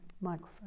microphone